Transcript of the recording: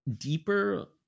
deeper